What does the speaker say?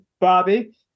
Bobby